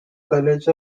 college